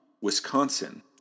Wisconsin